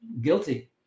guilty